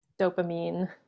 dopamine